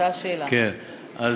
אותה שאלה של